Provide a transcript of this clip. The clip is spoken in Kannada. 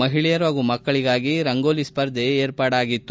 ಮಹಿಳೆಯರು ಹಾಗೂ ಮಕ್ಕಳಿಗಾಗಿ ರಂಗೋಲಿ ಸ್ಪರ್ಧೆ ಏರ್ಪಾಡಾಗಿತ್ತು